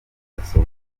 mudasobwa